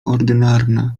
ordynarna